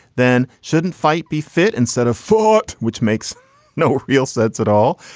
then shouldn't fight be fit instead of faught, which makes no real sense at all.